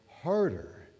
harder